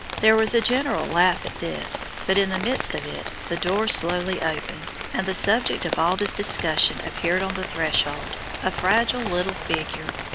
there was a general laugh at this, but in the midst of it the door slowly opened, and the subject of all this discussion appeared on the threshold, a fragile little figure,